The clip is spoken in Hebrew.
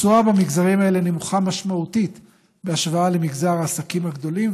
התשואה במגזרים האלה נמוכה משמעותית בהשוואה למגזר העסקים הגדולים,